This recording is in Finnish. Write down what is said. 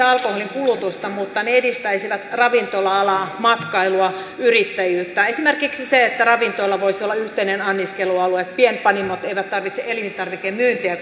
alkoholin kulutusta mutta jotka edistäisivät ravintola alaa matkailua yrittäjyyttä esimerkiksi se että ravintola voisi olla yhteinen anniskelualue pienpanimot eivät tarvitse elintarvikemyyntiä